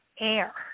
air